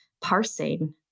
parsing